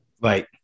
Right